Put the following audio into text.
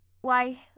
Why